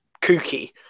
kooky